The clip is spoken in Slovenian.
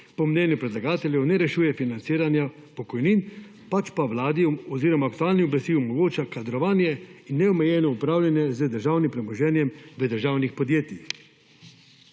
po mnenju predlagateljev ne rešuje financiranja pokojnin, pač pa Vladi oziroma aktualni oblasti omogoča kadrovanje in neomejeno upravljanje z državnim premoženjem v državnih podjetjih.